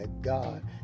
god